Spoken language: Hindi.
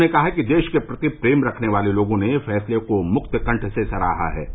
उन्होंने कहा कि देश के प्रति प्रेम रखने वाले लोगों ने फैसले को मुक्त कंठ से सराहा है